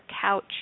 couch